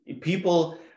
people